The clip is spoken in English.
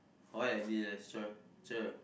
why like this ah cher cher